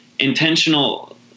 intentional